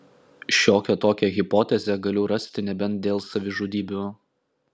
šiokią tokią hipotezę galiu rasti nebent dėl savižudybių